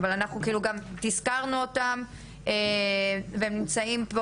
אבל אנחנו גם תזכרנו אותם והם נמצאים פה